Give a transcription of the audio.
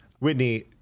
whitney